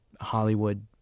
Hollywood